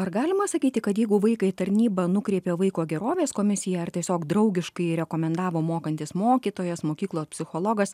ar galima sakyti kad jeigu vaiką į tarnybą nukreipė vaiko gerovės komisija ar tiesiog draugiškai rekomendavo mokantis mokytojas mokyklos psichologas